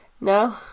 no